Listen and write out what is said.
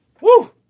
Woo